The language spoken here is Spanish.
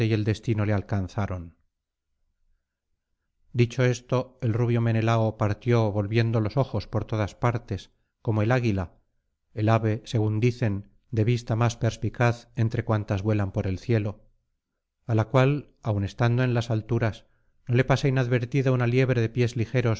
el destino le alcanzaron dicho esto el rubio menelao partió volviendo los ojos por todas partes como el águila el ave según dicen de vista más perspicaz entre cuantas vuelan por el cielo á la cual aun estando en las alturas no le pasa inadvertida una liebre de pies ligeros